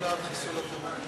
הודעת ועדת